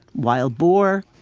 wild boar,